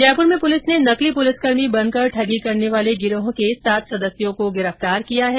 जयपुर में पुलिस ने नकली पुलिसकर्मी बनकर ठगी करने वाले गिरोह के सात सदस्यों को गिरफ्तार किया है